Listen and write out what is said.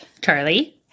Charlie